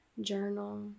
Journal